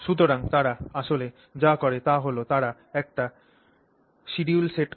সুতরাং তারা আসলে যা করে তা হল তারা একটি শিডিউল সেট করে